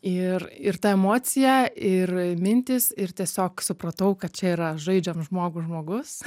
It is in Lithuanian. ir ir ta emocija ir mintys ir tiesiog supratau kad čia yra žaidžiam žmogų žmogus